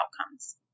outcomes